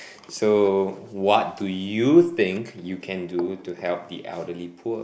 so what do you think you can do to help the elderly poor